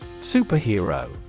Superhero